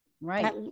right